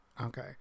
okay